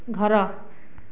ଘର